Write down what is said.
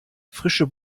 frische